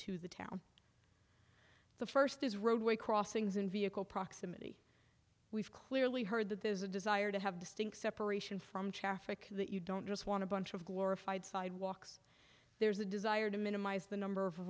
to the town the first is roadway crossings in vehicle proximity we've clearly heard that there is a desire to have distinct separation from chaff and that you don't just want to bunch of glorified sidewalks there's a desire to minimize the number of